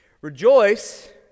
Rejoice